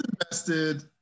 invested